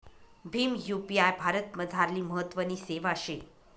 Bhim UPI भारतमझारली महत्वनी सेवा शे